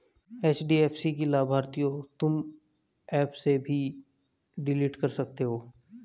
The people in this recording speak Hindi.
एच.डी.एफ.सी की लाभार्थियों तुम एप से भी डिलीट कर सकते हो